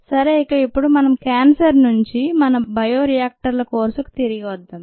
సరే ఇక ఇప్పుడు మనం క్యాన్సర్ నుండి మన బయో రియాక్టర్ల కోర్సుకు తిరిగి వద్దాం